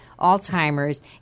Alzheimer's